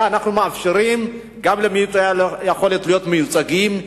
ואנחנו מאפשרים גם למעוטי היכולת להיות מיוצגים,